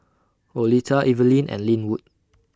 Oleta Evelyne and Lynwood